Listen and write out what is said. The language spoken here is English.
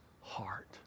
heart